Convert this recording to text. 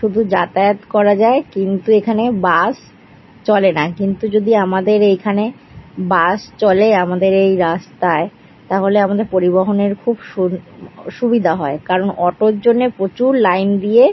শুধু যাতায়াত করা যায় কিন্তু এখানে বাস চলে না কিন্তু যদি আমাদের এইখানে বাস চলে আমাদের এই রাস্তায় তাহলে আমাদের পরিবহনের খুব সুবি সুবিধা হয় কারণ অটোর জন্যে প্রচুর লাইন দিয়ে